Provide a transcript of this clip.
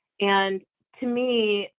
and to me,